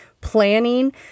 planning